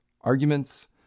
Arguments